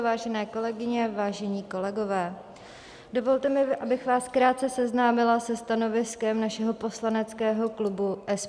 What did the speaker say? Vážené kolegyně, vážení kolegové, dovolte mi, abych vás krátce seznámila se stanoviskem našeho poslaneckého klubu SPD.